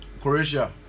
Croatia